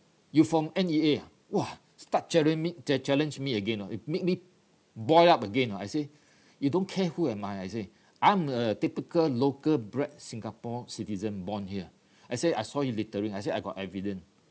you from N_E_A ah !wah! start challenge me cha~ challenge me again oh it make me boil up again oh I say you don't care who am I I say I'm a typical local bred singapore citizen born here I said I saw you littering I say I got evidence